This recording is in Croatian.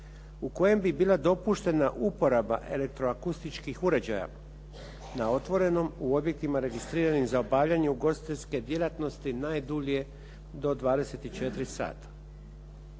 u kojem bi bila dopuštena uporaba elektro-akustičkih uređaja na otvorenom u objektima registriranim za obavljanje ugostiteljske djelatnosti najdulje do 24 sata.